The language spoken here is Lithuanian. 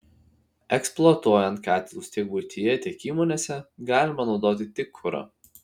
eksploatuojant katilus tiek buityje tiek įmonėse galima naudoti tik kurą